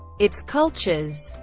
its cultures.